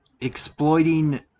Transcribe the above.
exploiting